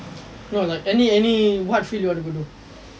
no like any any what field you want to go to